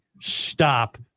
stop